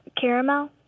caramel